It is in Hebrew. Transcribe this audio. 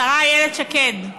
השרה איילת שקד,